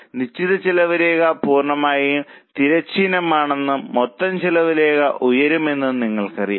നിശ്ചിത ചെലവ് രേഖ പൂർണ്ണമായും തിരശ്ചീനമാണെന്നും മൊത്തം ചെലവ് രേഖ ഉയരുമെന്നും നിങ്ങൾക്കറിയാം